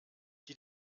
die